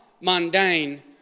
mundane